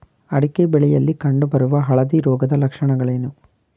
ಅಡಿಕೆ ಬೆಳೆಯಲ್ಲಿ ಕಂಡು ಬರುವ ಹಳದಿ ರೋಗದ ಲಕ್ಷಣಗಳೇನು?